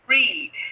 Read